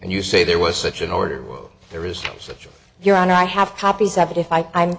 and you say there was such an order there is your honor i have copies of it if i